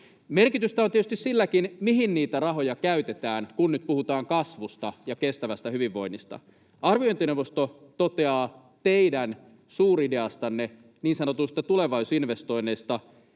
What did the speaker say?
Merkitystä on tietysti silläkin, mihin niitä rahoja käytetään, kun nyt puhutaan kasvusta ja kestävästä hyvinvoinnista. Arviointineuvosto toteaa teidän suurideastanne, niin sanotuista tulevaisuusinvestoinneista,